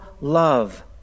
love